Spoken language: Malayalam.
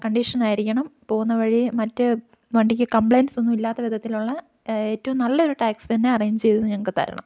വണ്ടി നല്ല കണ്ടിഷൻ ആയിരിക്കണം പോകുന്ന വഴി മറ്റ് വണ്ടിക്ക് കംപ്ലൈൻറ്റ്സ് ഒന്നും ഇല്ലാത്ത വിധത്തിലുള്ള ഏറ്റവും നല്ല ഒരു ടാക്സി തന്നെ അറേഞ്ച് ചെയ്തു ഞങ്ങൾക്ക് തരണം